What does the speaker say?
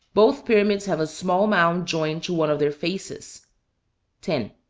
both pyramids have a small mound joined to one of their faces ten,